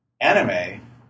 anime